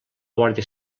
guàrdia